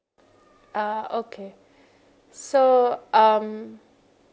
ah okay so um